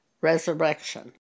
resurrection